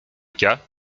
cas